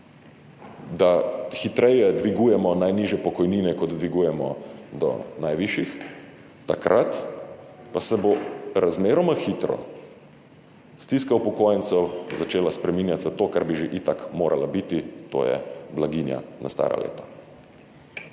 da hitreje dvigujemo najnižje pokojnine, kot dvigujemo do najvišjih, takrat pa se bo razmeroma hitro stiska upokojencev začela spreminjati v to, kar bi že itak morala biti, to je blaginja na stara leta.